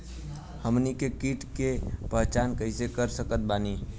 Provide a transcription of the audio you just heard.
हमनी के कीट के पहचान कइसे कर सकत बानी?